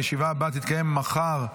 הישיבה הבאה תתקיים מחר,